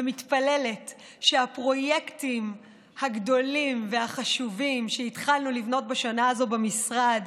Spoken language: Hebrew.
ומתפללת שהפרויקטים הגדולים והחשובים שהתחלנו לבנות בשנה הזו במשרד,